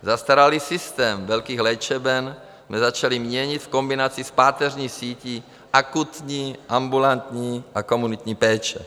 Zastaralý systém velkých léčeben jsme začali měnit v kombinaci s páteřní sítí akutní, ambulantní a komunitní péče.